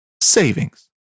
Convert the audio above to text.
savings